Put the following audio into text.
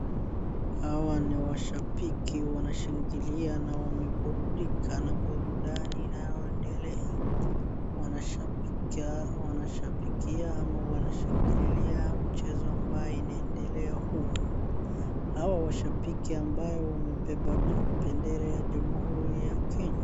Hawa ni washabiki wanashangilia na wameburudika na burudani inayoendelea. wanashabika, wanashabikia ama wanashangililia mchezo ambayo inaendelea humu. Hao washabiki ambayo wamebeba bendera ya Jamhuri ya Kenya.